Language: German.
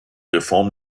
reform